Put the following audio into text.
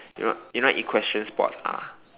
you know what you know what equestrian sports are